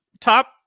top